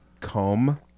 comb